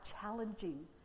challenging